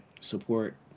support